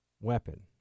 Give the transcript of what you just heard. weapon